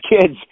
kids